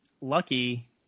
Lucky